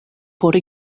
por